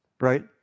right